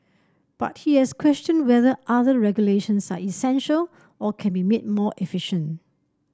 but he has questioned whether other regulations are essential or can be made more efficient